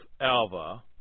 Alva